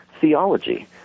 theology